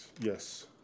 yes